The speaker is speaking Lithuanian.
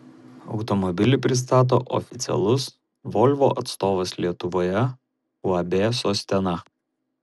automobilį pristato oficialus volvo atstovas lietuvoje uab sostena